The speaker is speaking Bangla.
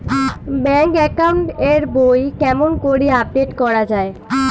ব্যাংক একাউন্ট এর বই কেমন করি আপডেট করা য়ায়?